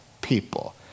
people